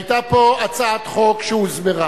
היתה פה הצעת חוק שהוסברה,